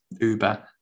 uber